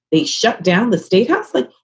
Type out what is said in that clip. they shut down the state house. like,